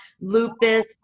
lupus